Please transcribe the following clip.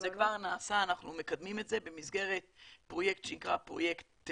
יש לנו בעיה אמיתית מאז פרוץ נגיף הקורונה עם היכולת שלנו לתת